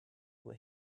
were